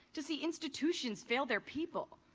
to see institutions fail their people.